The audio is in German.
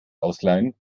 ausleihen